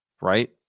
Right